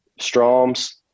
Stroms